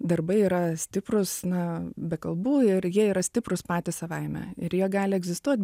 darbai yra stiprūs na be kalbų ir jie yra stiprūs patys savaime ir jie gali egzistuot